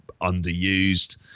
underused